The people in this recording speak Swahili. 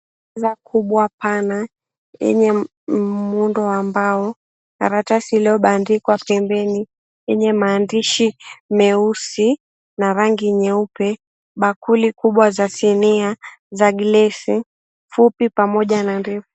Meza kubwa pana yenye muundo wa mbao, karatasi iliyobandikwa pembeni yenye maandishi meusi na rangi nyeupe. Bakuli kubwa za sinia za glesi, fupi pamoja na ndefu.